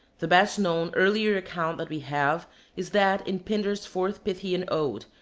the best known earlier account that we have is that in pindar's fourth pythian ode,